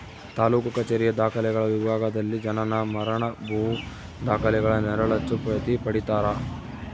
ತಾಲೂಕು ಕಛೇರಿಯ ದಾಖಲೆಗಳ ವಿಭಾಗದಲ್ಲಿ ಜನನ ಮರಣ ಭೂ ದಾಖಲೆಗಳ ನೆರಳಚ್ಚು ಪ್ರತಿ ಪಡೀತರ